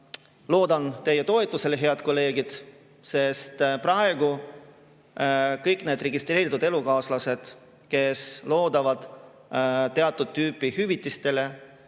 Loodan teie toetusele, head kolleegid, sest praegu kõik need registreeritud elukaaslased, kes loodavad teatud tüüpi hüvitistele,